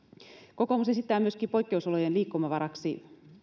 kokoomus esittää myöskin poikkeusolojen liikkumavaraksi